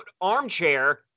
ARMCHAIR